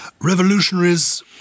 Revolutionaries